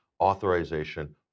authorization